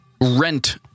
rent